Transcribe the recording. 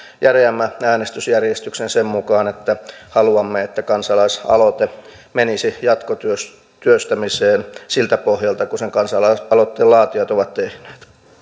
järeämmän äänestysjärjestyksen sen mukaan että haluamme että kansalaisaloite menisi jatkotyöstämiseen siltä pohjalta kun sen kansalaisaloitteen laatijat ovat tehneet